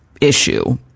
issue